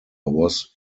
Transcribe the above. was